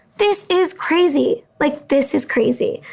this is crazy. like, this is crazy.